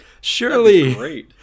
Surely